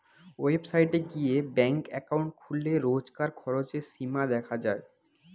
website গিয়ে bank account খুললে রোজকার খরচের সীমা দেখা যায়